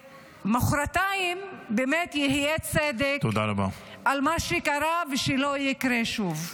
שמוחרתיים באמת יהיה צדק על מה שקרה ושזה לא יקרה שוב.